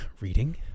reading